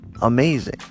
amazing